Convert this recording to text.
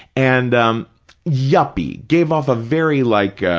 and um yuppie, gave off a very like,